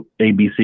ABC